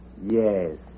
Yes